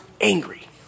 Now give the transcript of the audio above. angry